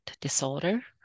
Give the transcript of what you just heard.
disorder